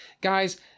Guys